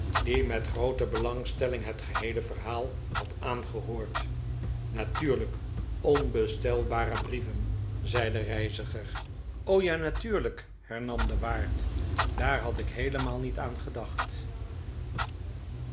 die met groote belangstelling het geheele verhaal had aangehoord natuurlijk onbestelbare brieven zei de reiziger ja natuurlijk hernam de waard daar had'ik heelemaal niet aan gedacht